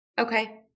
okay